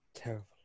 Terrible